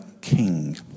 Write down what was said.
king